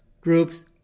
groups